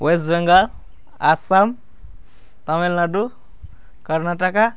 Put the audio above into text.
West Bengal Assam Tamil Nadu Karnataka